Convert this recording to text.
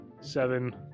seven